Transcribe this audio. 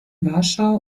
warschau